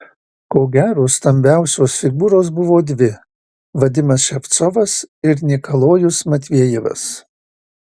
ko gero stambiausios figūros buvo dvi vadimas ševcovas ir nikolajus matvejevas